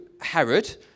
Herod